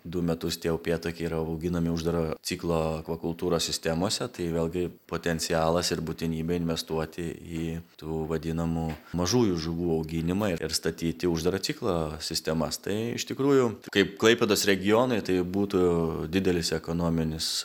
du metus tie upėtakiai yra auginami uždaro ciklo akvakultūros sistemose tai vėlgi potencialas ir būtinybė investuoti į tų vadinamų mažųjų žuvų auginimą ir statyti uždaro ciklo sistemas tai iš tikrųjų kaip klaipėdos regionui tai būtų didelis ekonominis